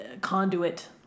conduit